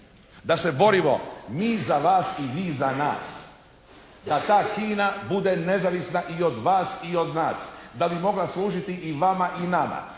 Da se borimo mi za vas i vi za nas da ta HINA bude nezavisna i od vas i od nas da bi mogla služiti i vama i nama.